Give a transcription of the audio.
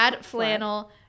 flannel